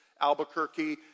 Albuquerque